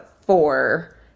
four